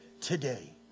today